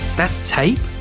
that's tape?